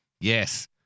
Yes